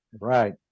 Right